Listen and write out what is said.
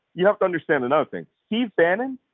you have to understand another thing. steve bannon?